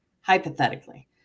hypothetically